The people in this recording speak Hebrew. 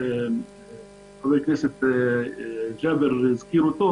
חבר הכנסת ג'אבר הזכיר אותו